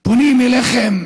פונים אליכם,